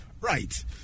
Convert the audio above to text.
Right